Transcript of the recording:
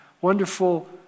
wonderful